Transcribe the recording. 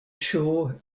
show